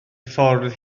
ffordd